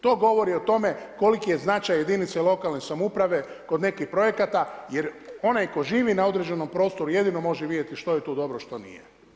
To govori o tome koliki je značaj jedinice lokalne samouprave od nekih projekata jer onaj koji živi na određenom prostoru jedini može vidjeti što je tu dobro, što nije.